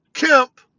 Kemp